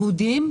יהודים,